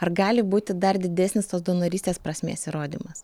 ar gali būti dar didesnis tos donorystės prasmės įrodymas